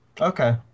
Okay